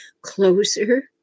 closer